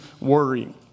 worry